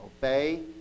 obey